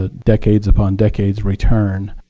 ah decades upon decades, return